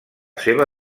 seva